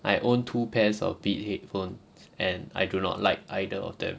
I own two pairs of beats headphone and I do not like either of them